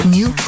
New